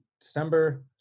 December